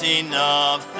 enough